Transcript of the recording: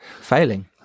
failing